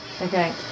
Okay